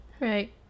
Right